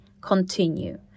continue